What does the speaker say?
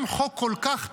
גם חוק כל כך טוב,